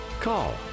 call